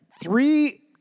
three